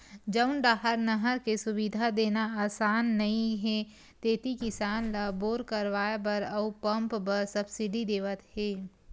जउन डाहर नहर के सुबिधा देना असान नइ हे तेती किसान ल बोर करवाए बर अउ पंप बर सब्सिडी देवत हे